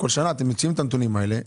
כל שנה אתם מוציאים את הנתונים האלה,